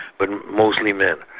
but mostly men,